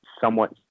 somewhat